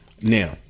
Now